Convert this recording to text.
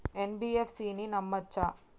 NBFC ని నమ్మచ్చా?